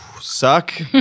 Suck